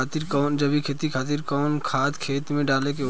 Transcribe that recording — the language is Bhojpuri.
जैविक खेती खातिर कैसन खाद खेत मे डाले के होई?